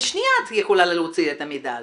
בשנייה את יכולה להוציא את המידע הזה.